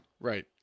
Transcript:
Right